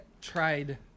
tried